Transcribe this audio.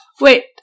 Wait